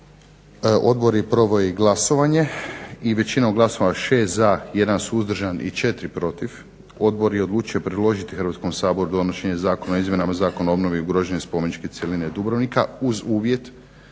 Odbor je proveo i glasovanje i većinom glasova 6 za i 1 suzdržan i 4 protiv Odbor je odlučio predložiti Hrvatskom saboru donošenje zakona o izmjenama Zakona o obnovi i ugroženosti spomeničke cjeline Dubrovnika uz uvjet